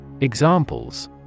Examples